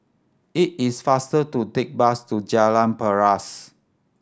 it is faster to take bus to Jalan Paras